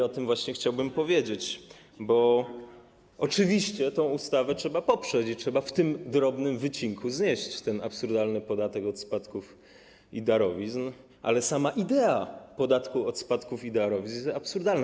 O tym właśnie chciałbym powiedzieć, bo oczywiście tę ustawę trzeba poprzeć i trzeba w tym drobnym wycinku znieść ten absurdalny podatek od spadków i darowizn, ale sama idea podatku od spadków i darowizn jest absurdalna.